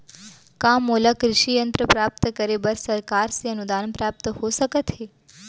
का मोला कृषि यंत्र प्राप्त करे बर सरकार से अनुदान प्राप्त हो सकत हे?